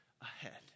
ahead